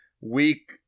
week